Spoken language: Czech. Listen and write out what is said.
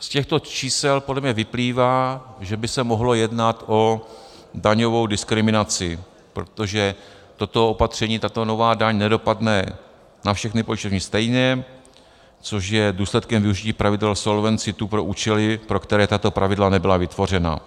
Z těchto čísel podle mě vyplývá, že by se mohlo jednat o daňovou diskriminaci, protože toto opatření, tato nová daň nedopadne na všechny pojišťovny stejně, což je důsledkem využití pravidel Solvency II pro účely, pro které tato pravidla nebyla vytvořena.